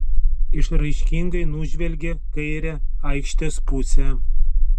išraiškingai nužvelgė kairę aikštės pusę